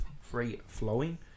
free-flowing